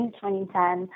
2010